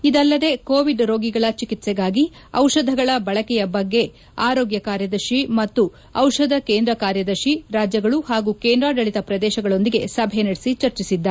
ಇದಲ್ಲದೆ ಕೋವಿಡ್ ರೋಗಿಗಳ ಚಿಕಿತ್ಸೆಗಾಗಿ ಔಷಧಗಳ ಬಳಕೆಯ ಬಗ್ಗೆ ಆರೋಗ್ಯ ಕಾರ್ಯದರ್ಶಿ ಮತ್ತು ಔಷಧ ಕೇಂದ್ರ ಕಾರ್ಯದರ್ಶಿ ರಾಜ್ಯಗಳು ಹಾಗೂ ಕೇಂದ್ರಾಡಳಿತ ಪ್ರದೇಶಗಳೊಂದಿಗೆ ಸಭೆ ನಡೆಸಿ ಚರ್ಚೆಸಿದ್ದಾರೆ